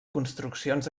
construccions